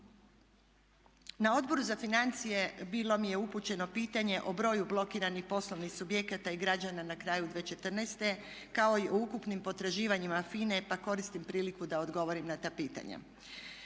Na Odboru za financije bilo mi je upućeno pitanje o broju blokiranih poslovnih subjekata i građana na kraju 2014. kao i o ukupnim potraživanjima FINA-e pa koristim priliku da odgovorim na ta pitanja.